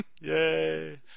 Yay